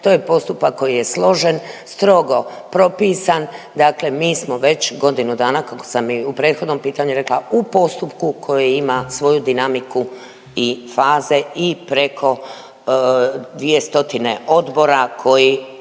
to je postupak koji je složen, strogo propisan, dakle mi smo već godinu dana, kako sam i u prethodnom pitanju rekla, u postupku koji ima svoju dinamiku i faze i preko dvije stotine